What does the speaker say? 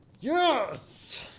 Yes